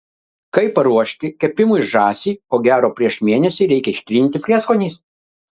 kaip paruošti kepimui žąsį ko gero prieš mėnesį reikia ištrinti prieskoniais